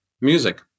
music